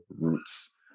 roots